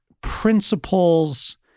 principles